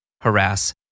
harass